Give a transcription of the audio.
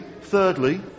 thirdly